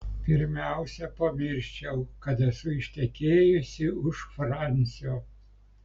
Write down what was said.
pirmiausia pamirščiau kad esu ištekėjusi už fransio